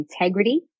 integrity